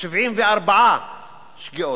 1,774 שגיאות,